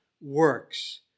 works